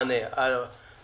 אין לי מספיק